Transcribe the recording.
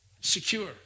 secure